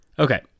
Okay